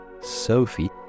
Sophie